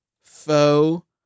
faux